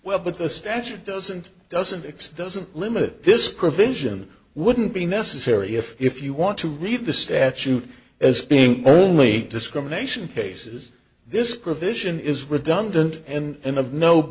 well but the statute doesn't doesn't exist doesn't limit this provision wouldn't be necessary if if you want to read the statute as being only discrimination cases this provision is redundant and